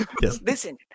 Listen